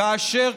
כאשר,